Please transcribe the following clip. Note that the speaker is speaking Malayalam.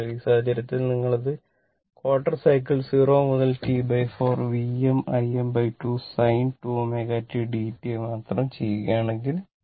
അതിനാൽ ഈ സാഹചര്യത്തിൽ നിങ്ങൾ ഇത് ക്വാട്ടർ സൈക്കിൾ 0 മുതൽ T4 Vm Im2 പാപം 2 ω t dt വരെ മാത്രം ചെയ്യുകയാണെങ്കിൽ